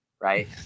right